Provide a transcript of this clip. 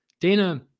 Dana